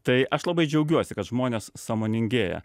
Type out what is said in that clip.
tai aš labai džiaugiuosi kad žmonės sąmoningėja